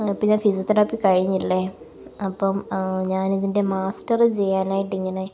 പിന്നെ ഫിസിയോതെറാപ്പി കഴിഞ്ഞില്ലേ അപ്പം ഞാനിതിന്റെ മാസ്റ്ററ് ചെയ്യാനായിട്ട് ഇങ്ങനെ